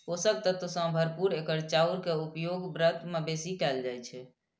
पोषक तत्व सं भरपूर एकर चाउर के उपयोग व्रत मे बेसी कैल जाइ छै